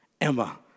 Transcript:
Emma